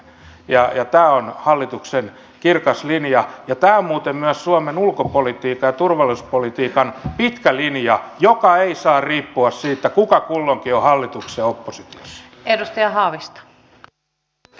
tämä on hallituksen kirkas linja ja tämä on muuten myös suomen ulko ja turvallisuuspolitiikan pitkä linja joka ei saa riippua siitä kuka kulloinkin on hallituksessa tai oppositiossa